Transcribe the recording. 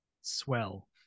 Swell